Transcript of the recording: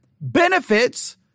benefits